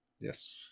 yes